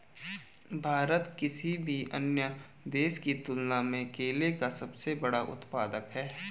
भारत किसी भी अन्य देश की तुलना में केले का सबसे बड़ा उत्पादक है